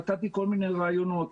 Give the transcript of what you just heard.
נתתי כל מיני רעיונות,